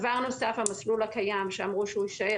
המסלול הקיים שאמרו שהוא יישאר.